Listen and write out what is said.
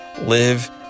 Live